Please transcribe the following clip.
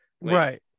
right